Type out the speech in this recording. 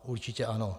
Určitě ano.